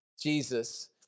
Jesus